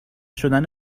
شدن